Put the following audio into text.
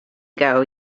ago